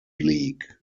league